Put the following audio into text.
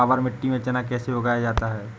काबर मिट्टी में चना कैसे उगाया जाता है?